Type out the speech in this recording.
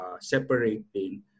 separating